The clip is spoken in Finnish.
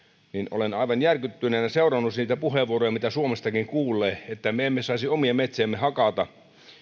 olen aivan järkyttyneenä seurannut niitä puheenvuoroja mitä suomestakin kuulee että me emme saisi omia metsiämme hakata